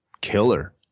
killer